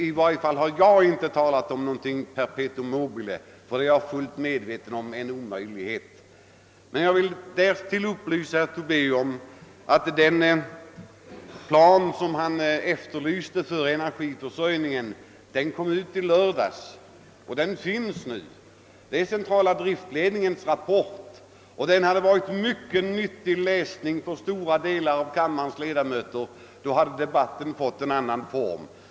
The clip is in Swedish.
I varje fall har inte jag talat om något perpetuum mobile i Sverige, ty jag är fullt medveten om att det är en omöjlighet; Jag vill upplysa herr Tobé om att den plan han har efterlyst för energiförsörjningen kom ut i lördags. Det är CDL:s rapport, vilken hade varit en mycket nyttig läsning för stora delar av kammarens ledamöter. Debatten skulle därigenom ha kunnat få en annan form.